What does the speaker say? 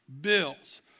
bills